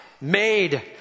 made